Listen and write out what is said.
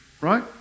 right